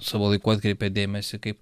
savo laiku atkreipė dėmesį kaip